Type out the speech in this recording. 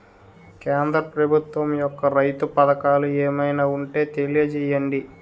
కేంద్ర ప్రభుత్వం యెక్క రైతు పథకాలు ఏమైనా ఉంటే తెలియజేయండి?